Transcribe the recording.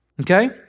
Okay